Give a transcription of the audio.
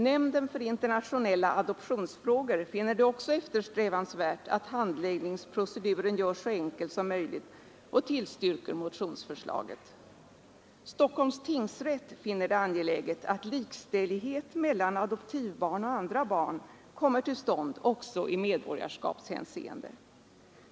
Nämnden för internationella adoptionsfrågor finner det också eftersträvansvärt att handläggningsproceduren görs så enkel som möjligt och tillstyrker motionsförslaget. Stockholms tingsrätt finner det angeläget att likställighet mellan adoptivbarn och andra barn kommer till stånd också i medborgarskapshänseende.